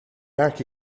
archi